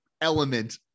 element